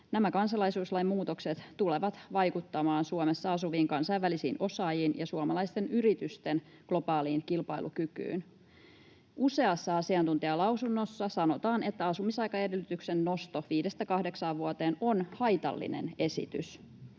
Nämä kansalaisuuslain muutokset tulevat vaikuttamaan Suomessa asuviin kansainvälisiin osaajiin ja suomalaisten yritysten globaaliin kilpailukykyyn. Useassa asiantuntijalausunnossa sanotaan, että asumisaikaedellytyksen nosto viidestä kahdeksaan vuoteen on haitallinen esitys.